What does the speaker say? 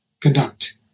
conduct